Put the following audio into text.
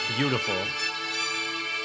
Beautiful